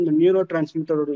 neurotransmitter